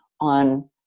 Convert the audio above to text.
on